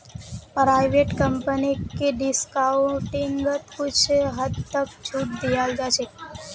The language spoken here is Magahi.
प्राइवेट कम्पनीक डिस्काउंटिंगत कुछ हद तक छूट दीयाल जा छेक